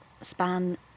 span